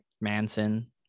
manson